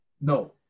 no